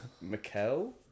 Mikel